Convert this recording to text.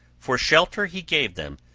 for shelter he gave them,